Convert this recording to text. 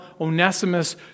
Onesimus